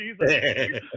Jesus